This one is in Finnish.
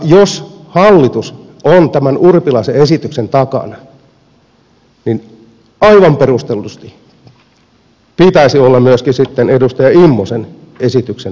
jos hallitus on tämän urpilaisen esityksen takana niin aivan perustellusti pitäisi olla myöskin sitten edustaja immosen esityksen takana